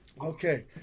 Okay